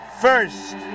first